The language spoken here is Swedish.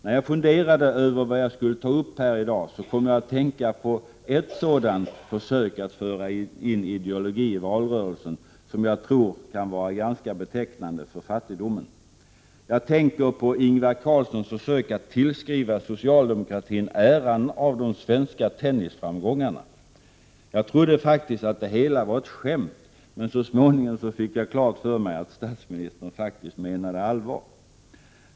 När jag funderade över vad jag skulle ta upp här i dag kom jag att tänka på ett sådant försök att föra in ideologi i valrörelsen som jag tror kan vara ganska betecknande för fattigdomen. Jag tänker på Ingvar Carlssons försök att tillskriva socialdemokratin äran av de svenska tennisframgångarna. Jag trodde faktiskt att det hela var ett skämt, men så småningom fick jag klart för mig att statsministern menade allvar.